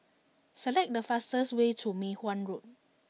select the fastest way to Mei Hwan Road